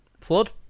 Flood